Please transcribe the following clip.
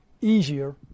easier